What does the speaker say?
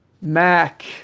Mac